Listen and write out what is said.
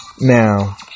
now